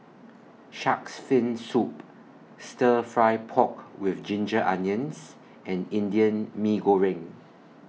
Shark's Fin Soup Stir Fry Pork with Ginger Onions and Indian Mee Goreng